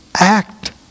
act